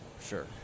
Sure